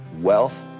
wealth